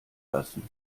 lassen